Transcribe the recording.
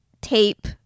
tape